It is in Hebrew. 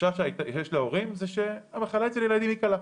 התחושה שיש להורים שהמחלה אצל ילדים היא קלה.